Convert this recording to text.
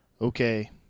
Okay